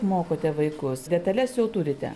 mokote vaikus detales jau turite